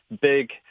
big